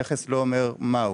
"נכס" לא אומר מהו.